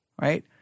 right